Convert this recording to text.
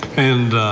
and